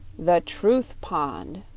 the truth pond